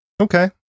Okay